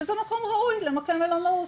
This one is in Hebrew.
וזה מקום ראוי למקם מלונאות.